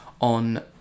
on